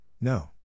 No